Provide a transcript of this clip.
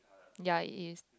ya is